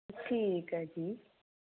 ਠੀਕ ਹੈ ਜੀ